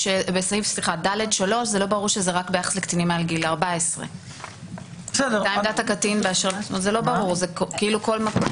בסעיף (ד)(3) לא ברור שזה רק ביחס לקטינים מעל גיל 14. זה כאילו כל מקום